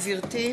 בבקשה, גברתי.